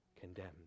condemned